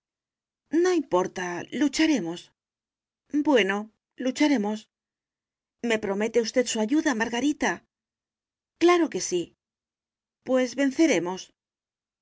no importa lucharemos bueno lucharemos me promete usted su ayuda margarita claro que sí pues venceremos